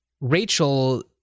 Rachel